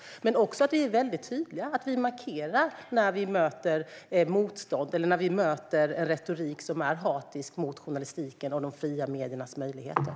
Vi måste också vara väldigt tydliga och markera när vi möter motstånd eller en retorik som är hatisk mot journalistiken och de fria mediernas möjligheter.